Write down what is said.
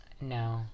no